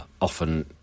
often